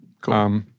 Cool